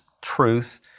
truth